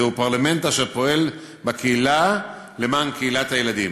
זהו פרלמנט אשר פועל בקהילה, למען קהילת הילדים.